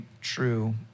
true